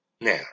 Now